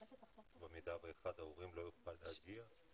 במקרה שאחד ההורים לא יוכל להגיע?